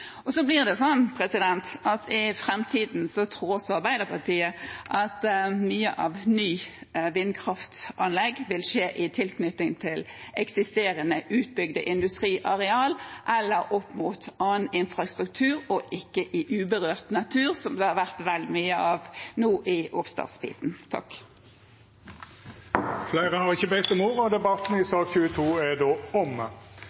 I framtiden tror også Arbeiderpartiet at mange av de nye vindkraftanleggene vil komme i tilknytning til eksisterende, utbygde industriareal eller opp mot annen infrastruktur, og ikke i uberørt natur, som det har vært vel mye av nå i oppstartsfasen. Fleire har ikkje bedt om ordet til sak nr. 22. Etter ynske frå energi- og miljøkomiteen vil presidenten ordna debatten